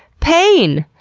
pain,